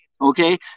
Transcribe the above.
okay